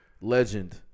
Legend